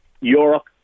Europe